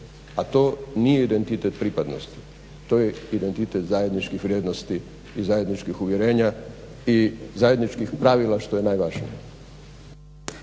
a to nije identitet pripadnosti. To je identitet zajedničkih vrijednosti i zajedničkih uvjerenja i zajedničkih pravila što je najvažnije.